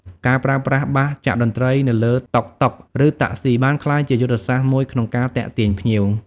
ការប្រើប្រាស់បាសចាក់តន្ត្រីនៅលើតុកតុក ឬតាក់ស៊ីបានក្លាយជាយុទ្ធសាស្ត្រមួយក្នុងការទាក់ទាញភ្ញៀវ។